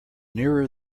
nearer